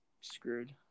screwed